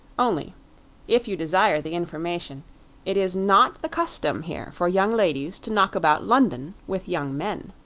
only if you desire the information it is not the custom here for young ladies to knock about london with young men.